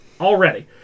Already